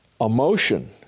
emotion